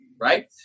right